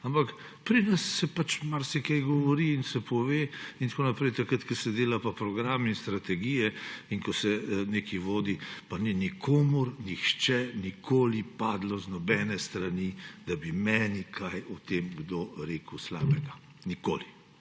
ampak pri nas se pač marsikaj govori in se pove in tako naprej, takrat ko se dela program in strategije in ko se nekaj vodi, pa ni nikomur nikoli padlo z nobene strani, da bi meni kaj o tem kdo rekel slabega. Nikoli.